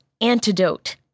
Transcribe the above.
antidote